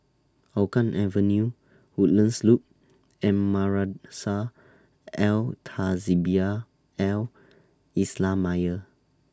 Hougang Avenue Woodlands Loop and Madrasah Al Tahzibiah Al Islamiah